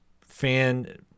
fan